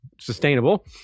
sustainable